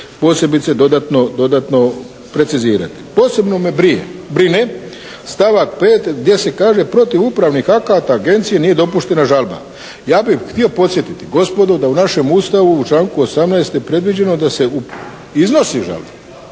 Posebno me brine stavak 5. gdje se kaže protiv upravnih akata agencije nije dopuštena žalba. Ja bih htio podsjetiti gospodo da u našem Ustavu u članku 18. je predviđeno da se iznosi žalba